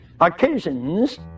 occasions